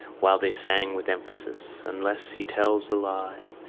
while they sang with emphasis unless he tells a lie,